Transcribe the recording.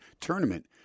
tournament